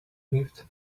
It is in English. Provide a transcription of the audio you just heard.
lived